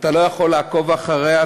אתה לא יכול לעקוב אחריה,